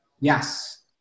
Yes